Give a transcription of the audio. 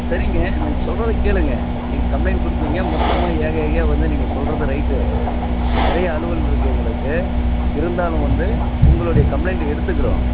சரிங்க நான் சொல்றதை கேளுங்கள் நீங்கள் கம்ப்ளைண்ட் கொடுப்பீங்க மொத்தமாக ஏகை ஏகயாக வந்து நீங்கள் சொல்லுறது ரைட்டு நிறையா அலுவல் இருக்கு எங்களுக்கு இருந்தாலும் வந்து உங்களுடைய கம்ப்ளைண்ட்டு எடுத்துக்குறோம்